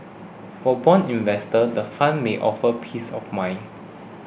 for bond investors the fund may offer peace of mind